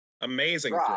amazing